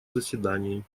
заседании